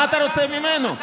מה אתה רוצה ממנו?